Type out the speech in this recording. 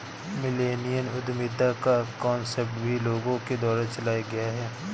millennial उद्यमिता का concept भी लोगों के द्वारा चलाया गया है